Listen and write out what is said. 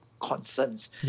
concerns